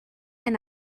and